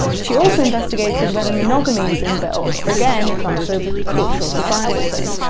she also investigated whether monogamy is in-built or, again. if that's a cultural societal thing.